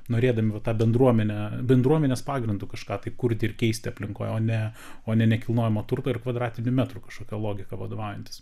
norėdami va tą bendruomenę bendruomenės pagrindu kažką tai kurti ir keisti aplinkoj o ne o ne nekilnojamo turto ir kvadratinių metrų kažkokia logika vadovaujantis